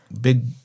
big